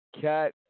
Cat